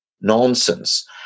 nonsense